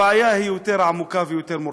הבעיה היא יותר עמוקה ויותר מורכבת.